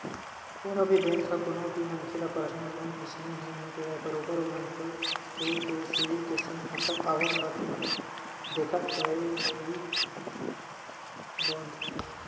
कोनो भी बेंक ह कोनो भी मनखे ल परसनल लोन अइसने ही नइ देवय बरोबर ओ मनखे के सिविल के संग ओखर आवक ल देखत होय ही लोन देथे